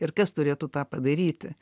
ir kas turėtų tą padaryti